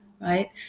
right